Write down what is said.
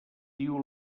diu